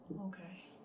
Okay